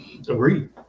Agreed